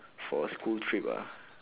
for school trip ah